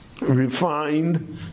refined